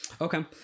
Okay